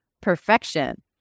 Perfection